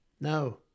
No